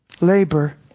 labor